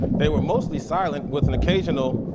they were mostly silent with an occasional,